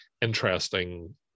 interesting